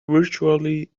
virtually